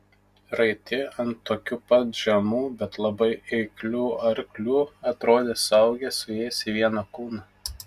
raiti ant tokių pat žemų bet labai eiklių arklių atrodė suaugę su jais į vieną kūną